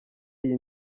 iyi